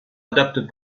adaptent